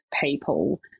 people